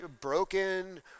broken